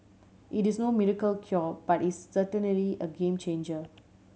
it is no miracle cure but it's certainly a game changer